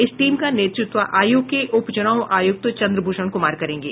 इस टीम का नेतृत्व आयोग के उपचुनाव आयुक्त चन्द्रभूषण कुमार करेंगे